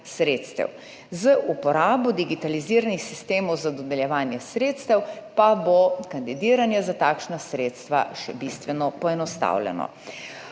sredstev, z uporabo digitaliziranih sistemov za dodeljevanje sredstev pa bo kandidiranje za takšna sredstva še bistveno poenostavljeno.